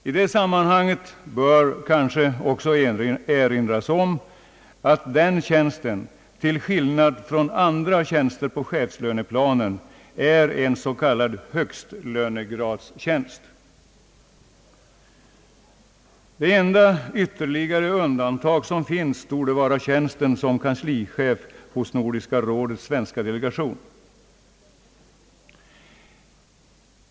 I det sammanhanget bör kanske också erinras om att den tjänsten, till skillnad från andra tjänster på chefslöneplanen, är en s.k. högstlönegradstjänst. Det enda ytterligare undantag som finns torde vara tjänsten som kanslichef hos Nordiska rådets svenska delegation.